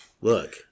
look